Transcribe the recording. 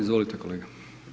Izvolite kolega.